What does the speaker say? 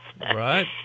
Right